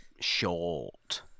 short